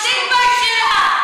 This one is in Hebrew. תתביישי לך.